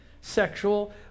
sexual